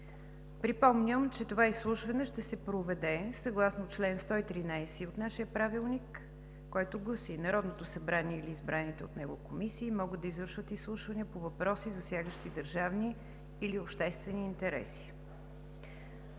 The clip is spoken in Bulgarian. Припомням, че това изслушване ще се проведе, съгласно чл. 113 от нашия правилник, който гласи: „Народното събрание и на избраните от него комисии могат да извършват изслушване по въпроси, засягащи държавни или обществени интереси“.